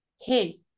Hey